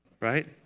right